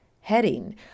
heading